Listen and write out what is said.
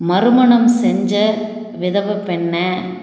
மறுமணம் செஞ்ச விதவை பெண்ணை